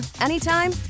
anytime